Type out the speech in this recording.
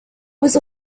was